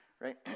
right